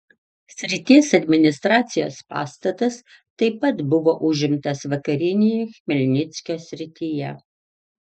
srities administracijos pastatas taip pat buvo užimtas vakarinėje chmelnyckio srityje